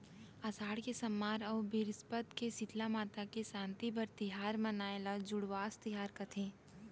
असाड़ के सम्मार अउ बिरस्पत के सीतला माता के सांति बर तिहार मनाई ल जुड़वास तिहार कथें